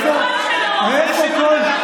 אתה קבלן ביצוע שלו.